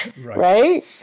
Right